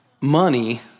money